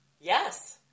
Yes